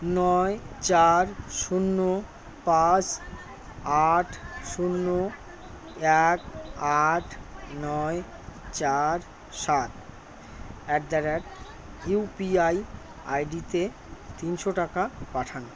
নয় চার শূন্য পাঁশ আট শূন্য এক আট নয় চার সাত অ্যাট দা রেট ইউপিআই আইডিতে তিনশো টাকা পাঠান